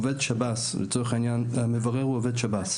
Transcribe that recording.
לצורך העניין המברר הוא עובד שב"ס.